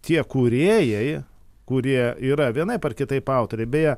tie kūrėjai kurie yra vienaip ar kitaip autoriai beje